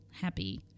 happy